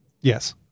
Yes